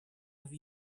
have